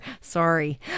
sorry